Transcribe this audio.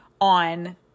on